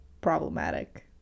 problematic